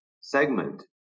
segment